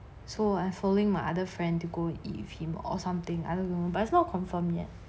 so I'm following my other friend to go eat with him or something I don't know but it's not confirm yet